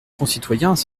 concitoyens